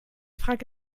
frage